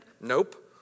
Nope